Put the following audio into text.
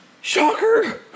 Shocker